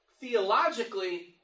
theologically